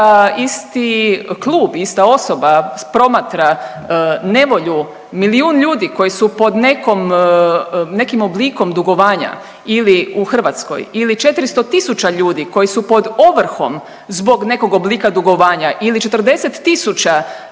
isti klub, ista osoba promatra nevolju milijun ljudi koji su pod nekom, nekim oblikom dugovanja ili, u Hrvatskoj, ili 400 tisuća ljudi koji su pod ovrhom zbog nekog oblika dugovanja ili 40 tisuća